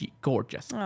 gorgeous